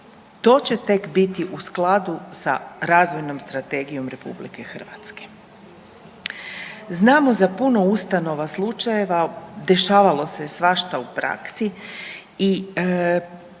To će tek biti u skladu sa razvojnom strategijom RH. Znamo za puno ustanova slučajeva, dešavalo se svašta u praksi i